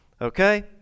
Okay